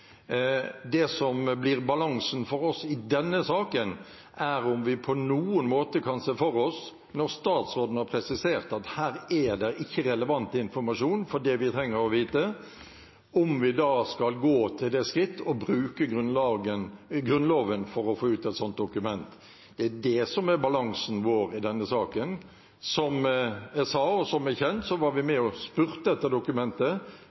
Det som blir balansen for oss i denne saken, er om vi på noen måte kan se for oss – når statsråden har presisert at her er det ikke relevant informasjon om det vi trenger å vite – at vi skal gå til det skritt å bruke Grunnloven for å få ut et sånt dokument. Det er det som er balansen vår i denne saken. Som jeg sa, og som er kjent, var vi med og spurte etter dokumentet,